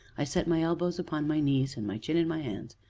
i set my elbows upon my knees, and my chin in my hands,